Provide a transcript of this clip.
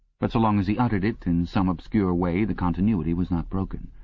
but so long as he uttered it, in some obscure way the continuity was not broken.